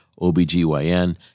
OBGYN